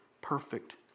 perfect